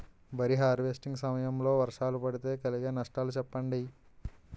వరి హార్వెస్టింగ్ సమయం లో వర్షాలు పడితే కలిగే నష్టాలు చెప్పండి?